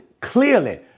clearly